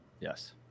Yes